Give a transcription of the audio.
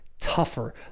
tougher